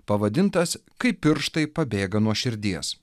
pavadintas kai pirštai pabėga nuo širdies